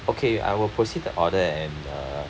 okay I will proceed the order and uh